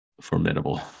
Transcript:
formidable